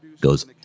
goes